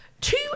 Two